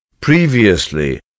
previously